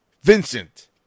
Vincent